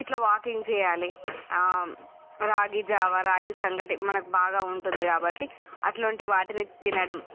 ఇట్లా వాకింగ్ చేయాలి రాగి జావా రాగి సంగటి మనకు బాగా ఉంటుంది కాబట్టి అట్లాంటి వాటిని తినడం